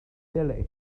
billy